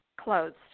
closed